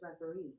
referee